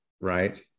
right